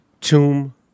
tomb